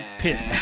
piss